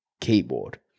keyboard